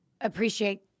appreciate